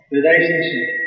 relationship